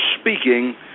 speaking